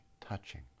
touching